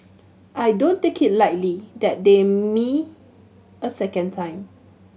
I don't take it lightly that they me a second time